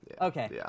okay